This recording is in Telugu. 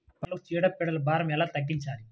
పంటలకు చీడ పీడల భారం ఎలా తగ్గించాలి?